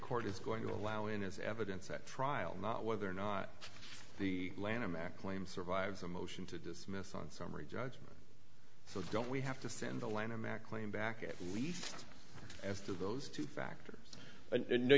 court is going to allow in as evidence at trial not whether or not the lanham act claim survives a motion to dismiss on summary judgment so don't we have to send the lanham act claim back at least as to those two factors